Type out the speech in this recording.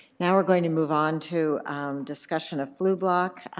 now we're going to move on to discussion of flublok,